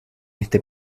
este